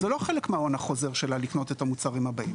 זה לא חלק מההון החוזר שלה כדי לקנות את המוצרים הבאים.